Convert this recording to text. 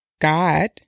God